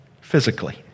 physically